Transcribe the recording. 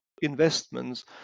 investments